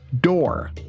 door